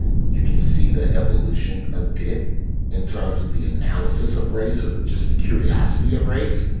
and you can see the evolution a bit in terms of the analysis of race or just the curiosity of race.